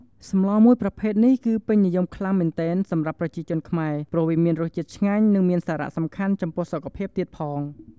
សម្លរមួយប្រភេទនេះគឺពេញនិយមខ្លាំងមែនទែនសម្រាប់ប្រជាជនខ្មែរព្រោះវាមានរសជាតិឆ្ងាញ់និងមានសារៈសំខាន់ចំពោះសុខភាពទៀតផង។